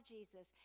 Jesus